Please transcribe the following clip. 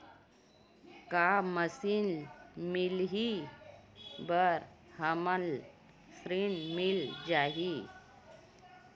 का मशीन मिलही बर हमला ऋण मिल जाही?